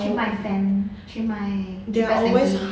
我去卖 fan 去卖去 best denki